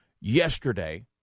yesterday